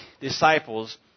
disciples